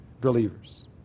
believers